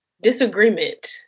disagreement